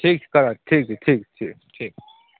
ठीक छै करऽ ठीक छै ठीक छै ठीक